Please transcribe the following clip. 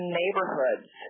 neighborhoods